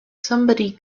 somebody